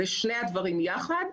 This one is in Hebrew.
בשני הדברים יחד,